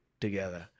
together